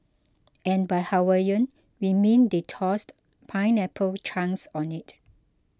and by Hawaiian we mean they tossed pineapple chunks on it